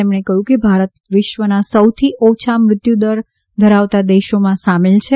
તેમણે કહ્યું હતું કે ભારત વિશ્વના સૌથી ઓછા મૃત્યુદર ધરાવતા દેશોમાં સામેલ છે